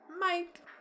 Mike